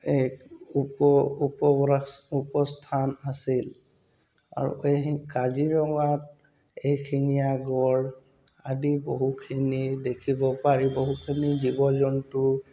এক উপ উপ উপস্থান আছিল আৰু এই কাজিৰঙাত এশিঙীয়া গড় আদি বহুখিনি দেখিব পাৰি বহুখিনি জীৱ জন্তু